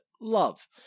love